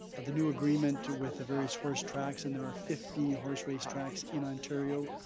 of the new agreement to with the various horse tracks, and there are fifty horse race tracks in ontario,